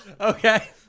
Okay